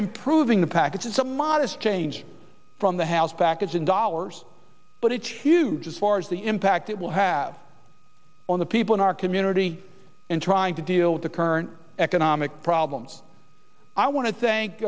improving the package and some modest change from the house package in dollars but it's huge as far as the impact it will have on the people in our community and trying to deal with the current economic problems i want to thank